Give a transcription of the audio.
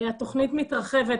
התכנית מתרחבת,